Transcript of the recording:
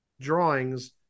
drawings